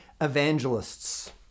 evangelists